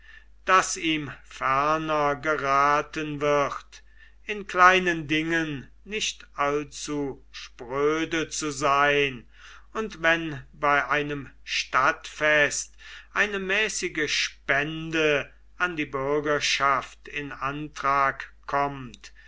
daß ihm ferner geraten wird in kleinen dingen nicht allzu spröde zu sein und wenn bei einem stadtfest eine mäßige spende an die bürgerschaft in antrag kommt